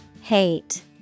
Hate